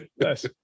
yes